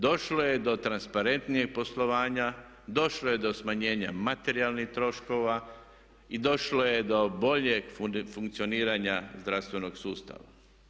Došlo je do transparentnijeg poslovanja, došlo je do smanjenja materijalnih troškova i došlo je do boljeg funkcioniranja zdravstvenog sustava.